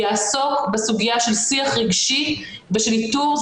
יעסוק בסוגיה של שיח רגשי ושל איתור,